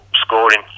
scoring